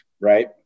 right